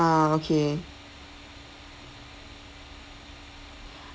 ah okay